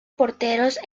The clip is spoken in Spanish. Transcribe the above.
porteros